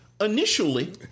Initially